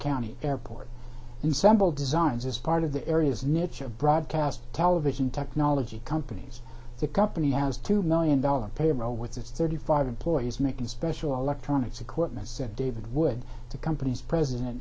county airport and sample designs as part of the area's niche of broadcast television technology companies the company has two million dollars payroll with its thirty five employees making special electronics equipment said david wood the company's president